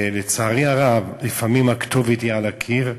ולצערי הרב, לפעמים הכתובת היא על הקיר,